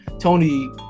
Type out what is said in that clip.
Tony